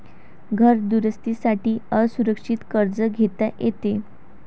घर दुरुस्ती साठी असुरक्षित कर्ज घेता येते